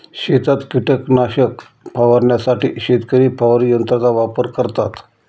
शेतात कीटकनाशक फवारण्यासाठी शेतकरी फवारणी यंत्राचा वापर करतात